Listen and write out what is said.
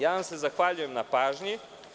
Ja vam se zahvaljujem na pažnji.